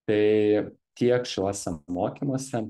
tai tiek šiuose mokymuose